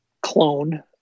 clone